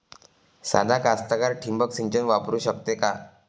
सादा कास्तकार ठिंबक सिंचन वापरू शकते का?